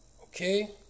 Okay